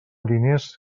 diners